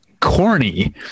corny